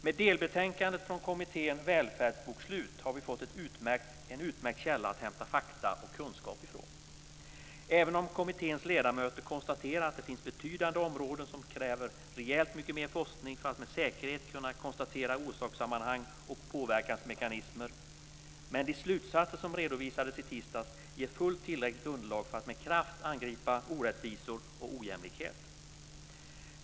Med delbetänkandet från kommittén Välfärdsbokslut har vi fått en utmärkt källa att hämta fakta och kunskap från, även om kommitténs ledamöter konstaterar att det finns betydande områden som kräver rejält mycket mer forskning för att man med säkerhet ska kunna konstatera orsakssammanhang och påverkansmekanismer. Men de slutsatser som redovisades i tisdags ger fullt tillräckligt underlag för att med kraft angripa orättvisor och ojämlikhet.